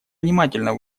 внимательно